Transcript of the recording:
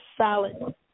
solid